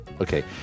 Okay